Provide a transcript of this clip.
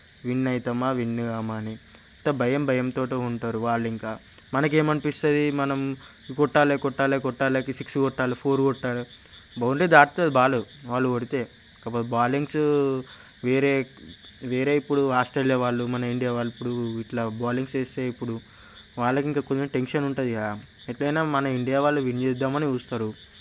win అవుతామా win కామా అని అంతా భయం భయంతోనే ఉంటారు వాళ్ళింకా మనకేమి అనిపిస్తుంది మనం కొట్టాలి కొట్టాలి కొట్టాలి సిక్స్ కొట్టాలి ఫోర్ కొట్టాలి బౌండరీ దాటుతుంది బాల్ వాళ్ళు కొడితే కాకపోతే బౌలింగ్స్ వేరే వేరే ఇప్పుడు ఆస్ట్రేలియా వాళ్ళు మన ఇండియా వాళ్ళు ఇప్పుడు ఇలా బౌలింగ్స్ వేస్తే ఇప్పుడు వాళ్ళకు ఇంకా కొంచెం టెన్షన్ ఉంటుంది కదా ఎప్పుడైనా మన ఇండియా వాళ్ళు విన్ చేద్దామనే చూస్తారు